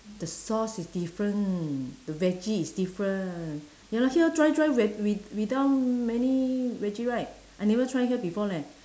the sauce is different the veggie is different ya lah here dry dry wi~ with~ without many veggie right I never try here before leh